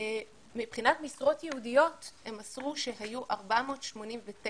מבחינת משרות ייעודיות, הם מסרו שהיו 489.35